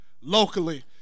locally